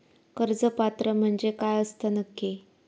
कर्ज पात्र म्हणजे काय असता नक्की?